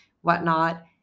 whatnot